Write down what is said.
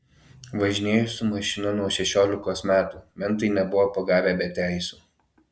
važinėju su mašina nuo šešiolikos metų mentai nebuvo pagavę be teisių